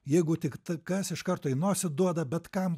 jeigu tik tai kas iš karto į nosį duoda bet kam